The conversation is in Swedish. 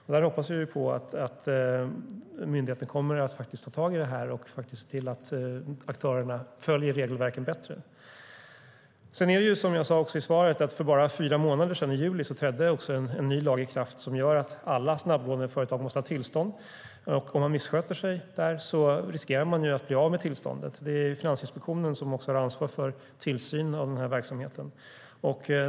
Vi hoppas att myndigheten kommer att ta tag i det här och ser till att aktörerna blir bättre på att följa regelverken. Som jag sade i svaret trädde en ny lag i kraft för bara fyra månader sedan, i juli. Den innebär att alla snabblåneföretag måste ha tillstånd, och om man missköter sig riskerar man att bli av med tillståndet. Finansinspektionen har ansvar för tillsyn av verksamheten.